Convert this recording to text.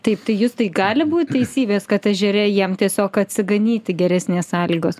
taip tai justai gali būt teisybės kad ežere jiem tiesiog atsiganyti geresnės sąlygos